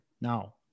Now